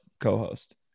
co-host